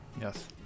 Yes